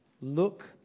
look